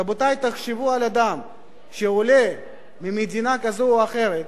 רבותי, תחשבו על אדם, עולה ממדינה כזאת או אחרת,